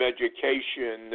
Education